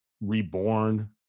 reborn